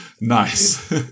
Nice